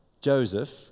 Joseph